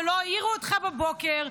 ולא העירו אותך בבוקר?